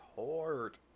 hard